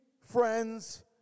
friends